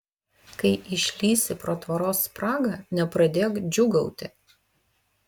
kai išlįsi pro tvoros spragą nepradėk džiūgauti